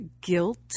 guilt